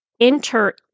enter